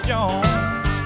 Jones